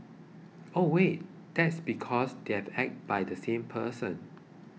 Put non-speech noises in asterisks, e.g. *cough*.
*hesitation* wait that's because they're acted by the same person